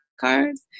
cards